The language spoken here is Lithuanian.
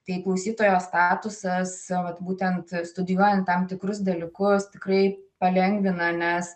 tai klausytojo statusas būtent studijuojant tam tikrus dalykus tikrai palengvina nes